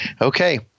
Okay